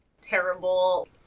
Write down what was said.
terrible